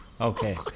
Okay